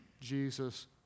Jesus